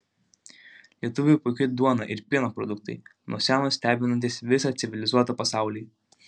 lietuvių puiki duona ir pieno produktai nuo seno stebinantys visą civilizuotą pasaulį